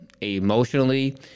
emotionally